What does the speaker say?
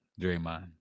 Draymond